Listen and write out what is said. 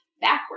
backwards